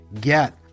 get